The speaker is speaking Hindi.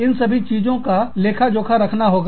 इन सभी चीजों का लेखाजोखा रखना होगा